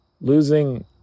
losing